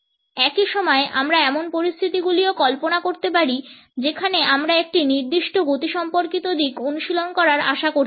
একই সময়ে আমরা এমন পরিস্থিতিগুলিও কল্পনা করতে পারি যেখানে আমরা একটি নির্দিষ্ট গতিসম্পর্কিত দিক অনুশীলন করার আশা করতে পারি